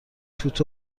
توت